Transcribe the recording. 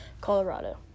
Colorado